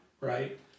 right